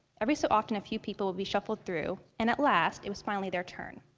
every so often a few people would be shuffled through, and at last, it was finally their turn.